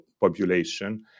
population